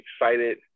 excited